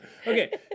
Okay